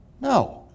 No